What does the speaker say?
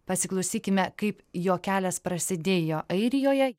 pasiklausykime kaip jo kelias prasidėjo airijoje